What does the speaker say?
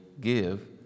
give